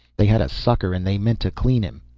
they had a sucker and they meant to clean him.